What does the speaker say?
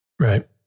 Right